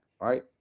Right